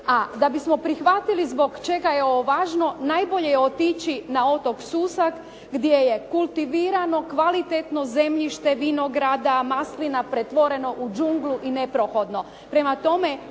A da bismo prihvatili zbog čega je ovo važno, najbolje je otići na otok Susak gdje je kultivirano kvalitetno zemljište vinograda, maslina pretvoreno u džunglu i neprohodno.